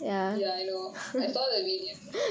ya I know I saw the video